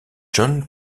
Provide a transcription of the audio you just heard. john